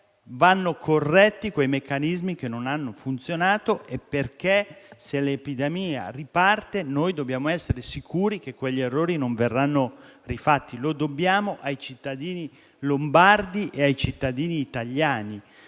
vanno corretti quei meccanismi che non hanno funzionato e perché, se l'epidemia riparte, dobbiamo essere sicuri che quegli errori non verranno rifatti. Lo dobbiamo ai cittadini lombardi e ai cittadini italiani.